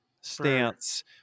stance